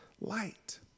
light